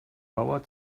bauer